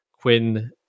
Quinn